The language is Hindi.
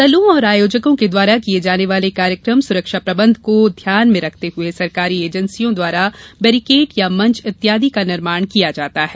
दलों और आयोजकों के द्वारा किये जाने वाले कार्यक्रम सुरक्षा प्रबंध को ध्यान में रखते हए सरकारी एजेन्सियों द्वारा बैरीकेट या मंच इत्यादि का निर्माण किया जाता है